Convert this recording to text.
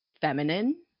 feminine